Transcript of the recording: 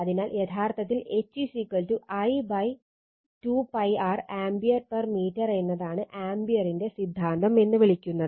അതിനാൽ യഥാർത്ഥത്തിൽ H I 2 π r ampere per metre എന്നതാണ് ആമ്പിയറിന്റെ സിദ്ധാന്തം എന്ന് വിളിക്കുന്നത്